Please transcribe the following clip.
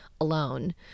alone